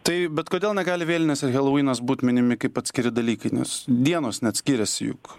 taip bet kodėl negali vėlinės ir helovynas būt minimi kaip atskiri dalykai nes dienos net skiriasi juk